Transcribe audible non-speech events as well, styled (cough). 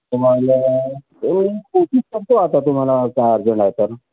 तुम्हाला (unintelligible) करतो आता तुम्हाला का अर्जंट आहे तर